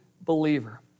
believer